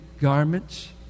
garments